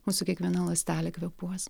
mūsų kiekviena ląstelė kvėpuos